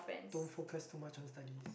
don't focus too much on studies